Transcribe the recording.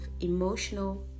emotional